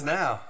now